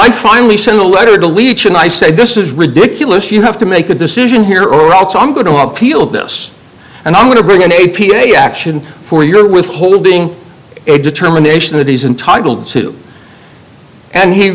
i finally sent a letter to leach and i said this is ridiculous you have to make a decision here all right so i'm going to appeal this and i'm going to bring an a p a action for your withholding a determination that he's entitled to and he